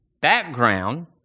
background